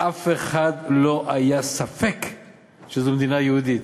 לאף אחד לא היה ספק שזו מדינה יהודית,